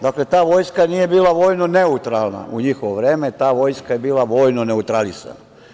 Dakle, ta Vojska nije bila vojno neutralna u njihovo vreme, ta Vojska je bila vojno neutralisana.